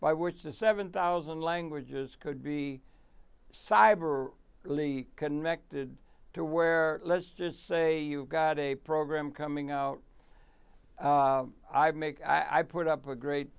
by which the seven thousand languages could be cyber really connected to where let's just say you got a program coming out i make i put up a great